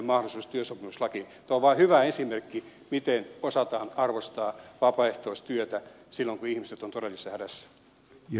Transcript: tämä on vain hyvä esimerkki siitä miten osataan arvostaa vapaaehtoistyötä silloin kun ihmiset ovat todellisessa hädässä